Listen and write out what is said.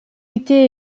été